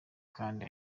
kandi